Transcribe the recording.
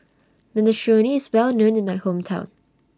Minestrone IS Well known in My Hometown